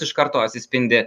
iš karto atsispindi